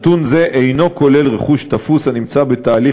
נתון זה אינו כולל רכוש תפוס הנמצא בתהליך